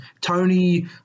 Tony